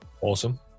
awesome